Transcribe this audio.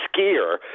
skier